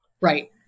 right